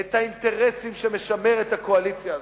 את האינטרסים שמשמרים את הקואליציה הזאת.